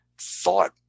thought